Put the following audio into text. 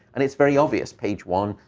and it's very obvious. page one,